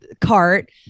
cart